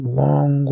long